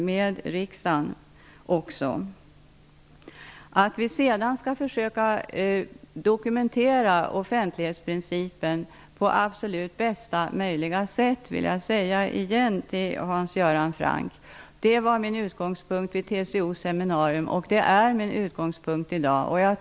Till Hans Göran Franck vill jag säga: Att på bästa möjliga sätt försöka dokumentera offentlighetsprincipen var min utgångspunkt vid TCO:s seminarium. Det är också min utgångspunkt i dag.